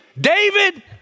David